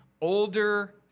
Older